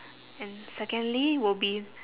and secondly will be